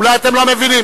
אולי אתם לא מבינים.